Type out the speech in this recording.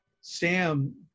Sam